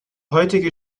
heutige